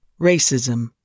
racism